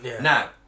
Now